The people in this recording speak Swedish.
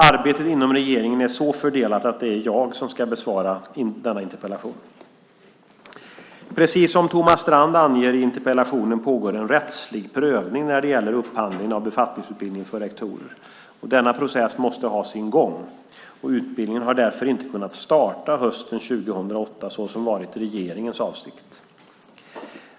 Arbetet inom regeringen är så fördelat att det är jag som ska besvara denna interpellation. Precis som Thomas Strand anger i interpellationen pågår en rättslig prövning när det gäller upphandlingen av befattningsutbildningen för rektorer. Denna process måste ha sin gång. Utbildningen har därför inte kunnat starta hösten 2008 så som varit regeringens avsikt.